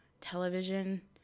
television